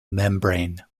membrane